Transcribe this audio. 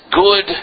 Good